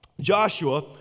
Joshua